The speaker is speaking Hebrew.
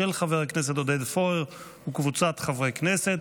של חבר הכנסת עודד פורר וקבוצת חברי הכנסת.